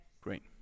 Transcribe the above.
great